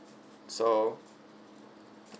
so